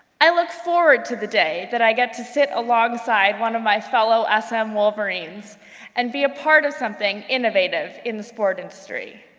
i look forward to the day that i get to sit alongside one of my fellow sm ah um wolverines and be a part of something innovative in the sport industry.